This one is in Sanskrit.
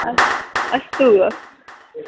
अस् अस्तु